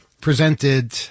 presented